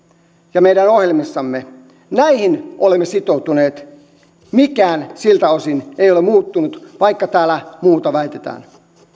ja meidän ohjelmissamme näihin olemme sitoutuneet mikään siltä osin ei ole muuttunut vaikka täällä muuta väitetään